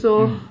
mmhmm